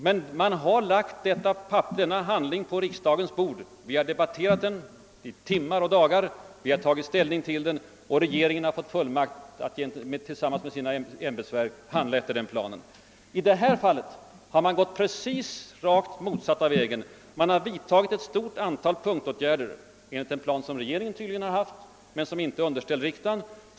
Men man har lagt programmet på riksdagens bord, och vi har debatterat den i timmar och dagar. Vi har tagit ställning till den, och regeringen har fått fullmakt att tillsammans med sina ämbetsverk handla efter planen. I det fall jag kritiserat har man gått den rakt motsatta vägen. Man har vidtagit ett stort antal punktåtgärder enligt en plan som regeringen tydligen gjort upp men som inte underställts riksdagen.